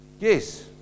Yes